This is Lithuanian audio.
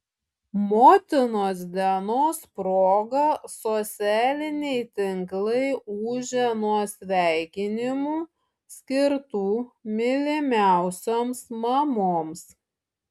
motinos dienos proga socialiniai tinklai ūžė nuo sveikinimų skirtų mylimiausioms mamoms